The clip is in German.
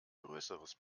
größeres